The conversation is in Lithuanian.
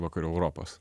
vakarų europos